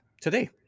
today